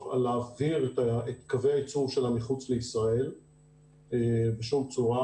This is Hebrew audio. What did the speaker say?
על להעביר את קווי הייצור שלה מחוץ לישראל בשום צורה,